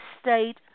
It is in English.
state